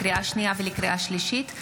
לקריאה שנייה ולקריאה שלישית: